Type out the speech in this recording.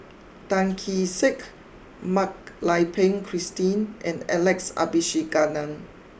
Tan Kee Sek Mak Lai Peng Christine and Alex Abisheganaden